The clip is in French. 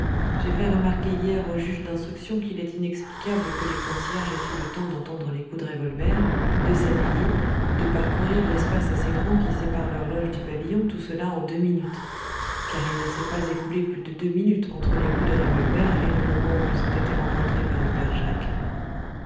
j'ai fait remarquer hier au juge d'instruction qu'il est inexplicable que les concierges aient eu le temps d'entendre les coups de revolver de s'habiller de parcourir l'espace assez grand qui sépare leur loge du pavillon tout cela en deux minutes car il ne s'est pas écoulé plus de deux minutes entre les coups de revolver et le moment où ils ont été rencontrés par le père jacques